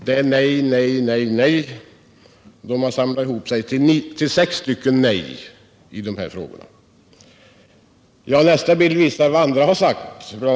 Det är nej, nej, nej — man har samlat sig till sex nej i de här frågorna. Av nästa bild framgår vad andra har sagt. Bl.